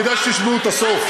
כדאי שתשמעו את הסוף,